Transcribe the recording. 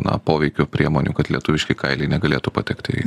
na poveikio priemonių kad lietuviški kailiai negalėtų patekti